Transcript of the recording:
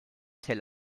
tel